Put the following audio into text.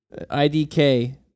IDK